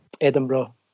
Edinburgh